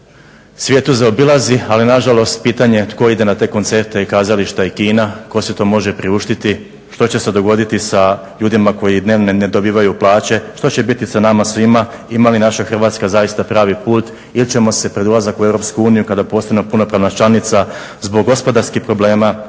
svijetu zaobilazi ali nažalost pitanje je tko ide na te koncerte i kazališta i kina, tko si to priuštiti, što će se dogoditi sa ljudima koji ne dobivaju plaće, što će biti sa nama svima. Ima li naša Hrvatska zaista pravi put ili ćemo se pred ulazak u Europsku uniju kada postanemo punopravna članica zbog gospodarskih problema,